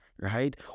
right